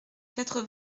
quatre